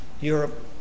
Europe